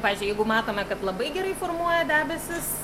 pavyzdžiui jeigu matome kad labai gerai formuoja debesis